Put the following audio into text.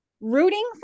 rooting